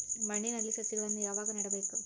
ಮಣ್ಣಿನಲ್ಲಿ ಸಸಿಗಳನ್ನು ಯಾವಾಗ ನೆಡಬೇಕು?